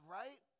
right